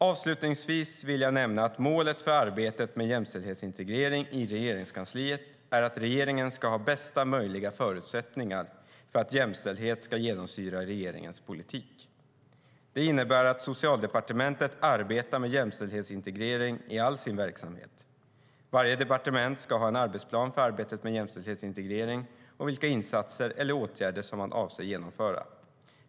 Avslutningsvis vill jag nämna att målet för arbetet med jämställdhetsintegrering i Regeringskansliet är att regeringen ska ha bästa möjliga förutsättningar för att jämställdhet ska genomsyra regeringens politik. Det innebär att Socialdepartementet arbetar med jämställdhetsintegrering i all sin verksamhet. Varje departement ska ha en arbetsplan för arbetet med jämställdhetsintegrering och vilka insatser eller åtgärder som man avser att genomföra.